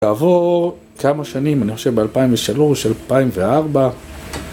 כעבור כמה שנים, אני חושב ב-2003, 2004